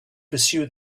pursue